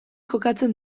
kokatzen